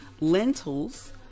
Lentils